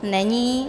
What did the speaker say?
Není.